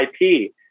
IP